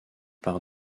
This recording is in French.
par